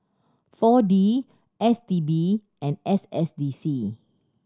Four D S T B and S S D C